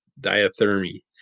diathermy